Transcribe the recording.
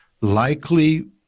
likely